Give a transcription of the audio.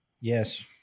Yes